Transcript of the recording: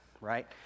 right